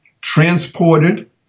Transported